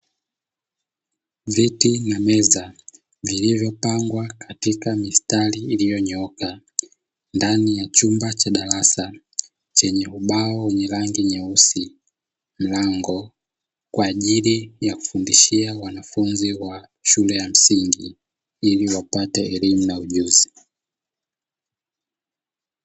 Viti na meza vilivyopangwa katika mistari ilionyooka ndani ya chumba cha darasa chenye ubao wenye rangi nyeusi, mlango kwa ajili ya kufundishia wanafunzi wa shule ya msingi ili wapate elimu na ujuzi.